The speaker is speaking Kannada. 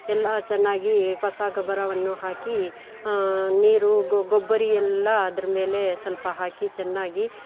ಎಲ್ಲ ಚೆನ್ನಾಗಿ ಕಸ ಗೊಬ್ಬರವನ್ನು ಹಾಕಿ ನೀರು ಗೊ ಗೊಬ್ಬರ ಎಲ್ಲ ಅದ್ರ ಮೇಲೆ ಸ್ವಲ್ಪ ಹಾಕಿ ಚೆನ್ನಾಗಿ